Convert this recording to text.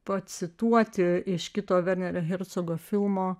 pacituoti iš kito vernerio hercogo filmo